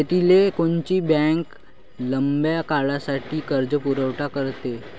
शेतीले कोनची बँक लंब्या काळासाठी कर्जपुरवठा करते?